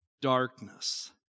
darkness